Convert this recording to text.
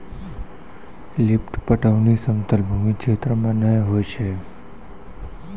lift पटौनी समतल भूमी क्षेत्र मे नै होय छै